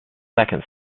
second